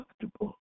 comfortable